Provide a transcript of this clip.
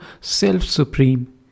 self-supreme